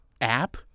app